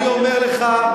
אני אומר לך,